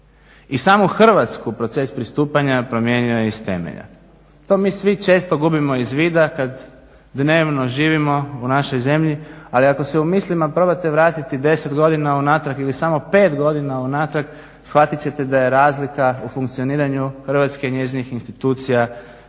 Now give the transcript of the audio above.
I samu Hrvatsku proces pristupanja promijenio je iz temelja. To mi svi često gubimo iz vida kad dnevno živimo u našoj zemlji, ali ako se u mislima probate vratiti 10 godina unatrag ili samo 5 godina unatrag shvatit ćete da je razlika u funkcioniranju Hrvatske i njezinih institucija